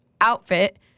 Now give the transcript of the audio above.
outfit